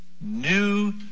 new